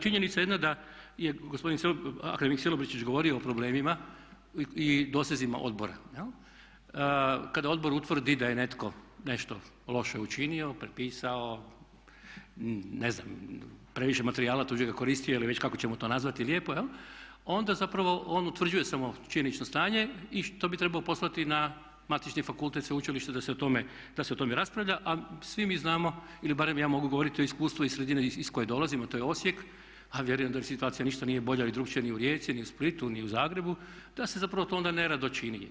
Činjenica jedna da je gospodin akademik Silobrčić govorio o problemima i dosezima odbora jel', kada odbor utvrdi da je netko nešto loše učinio, prepisao, ne znam previše materijala tuđega koristio ili već kako ćemo to nazvati lijepo jel' onda zapravo on utvrđuje samo činjenično stanje i što bi trebalo poslati na matični fakultet sveučilišta da se o tome raspravlja, a svi mi znamo ili barem ja mogu govoriti o iskustvu iz sredine iz koje dolazim a to je Osijek a vjerujem da situacija ništa nije bolja ni drukčija ni u Rijeci, ni u Splitu ni u Zagrebu da se zapravo to onda nerado čini.